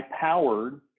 powered